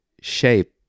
shape